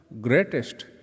greatest